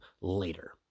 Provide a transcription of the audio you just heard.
later